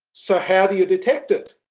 so how do you detect it?